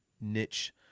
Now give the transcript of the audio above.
niche